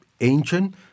ancient